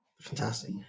Fantastic